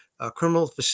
criminal